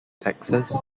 taxes